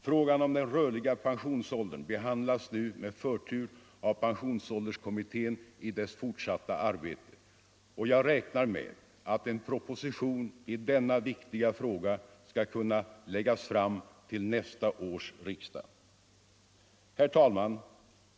Frågan om den rörliga pensionsåldern behandlas nu med förtur av pensionsålderskommittén i dess fortsatta arbete, och jag räknar med att en proposition i denna viktiga fråga skall kunna läggas fram till nästa års riksdag. Herr talman!